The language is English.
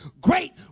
great